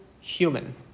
human